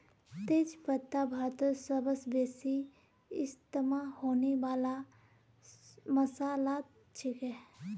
तेज पत्ता भारतत सबस बेसी इस्तमा होने वाला मसालात छिके